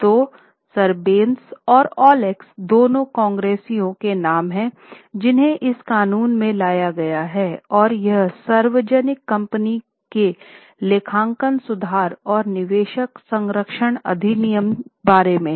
तो सर्बानस दोनों कांग्रेसियों के नाम हैं जिन्हें इस कानून में लाया गया है और यह सार्वजनिक कंपनी के लेखांकन सुधार और निवेशक संरक्षण अधिनियम बारे में है